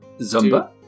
Zumba